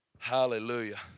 Hallelujah